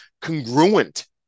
congruent